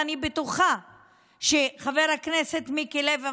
ואני בטוחה שחבר הכנסת מיקי לוי,